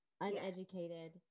uneducated